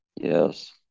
Yes